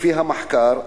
לפי המחקר,